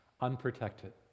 unprotected